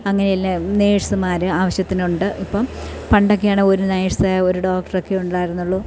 അങ്ങനെ എല്ലാം നേഴ്സുമാർ ആവശ്യത്തിനുണ്ട് ഇപ്പം പണ്ടൊക്കെയാണേ ഒരു നേഴ്സ് ഒരു ഡോക്ടറൊക്കെ ഉണ്ടായിരുന്നുള്ളൂ